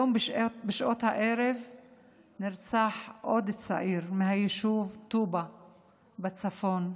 היום בשעות הערב נרצח עוד צעיר מהיישוב טובא בצפון.